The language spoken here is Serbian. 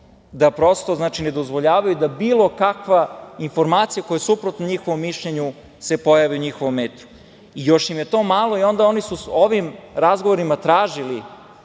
da prosto ne dozvoljavaju da bilo kakva informacija koja je suprotna njihovom mišljenju se pojavi u njihovom etru. Još im je to malo, pa su onda u ovim razgovorima tražili